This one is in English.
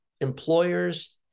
employers